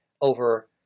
over